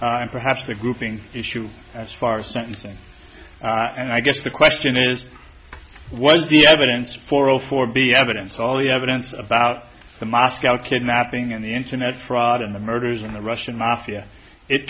and perhaps the grouping issue as far as sentencing and i guess the question is what is the evidence for or for be evidence all the evidence about the moscow kidnapping and the internet fraud and the murders in the russian mafia it